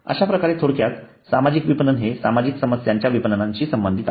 अशा प्रकारे थोडक्यात सामाजिक विपणन हे सामाजिक समस्यांच्या विपणनाशी संबंधित आहे